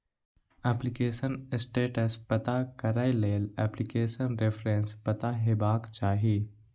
application status पता करै लेल एप्लीकेशन रेफरेंस पता हेबाक चाही